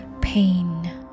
pain